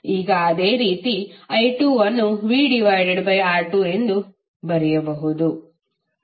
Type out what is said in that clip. ಈಗ ಅದೇ ರೀತಿ i2 ಅನ್ನು vR2 ಎಂದು ಬರೆಯಬಹುದು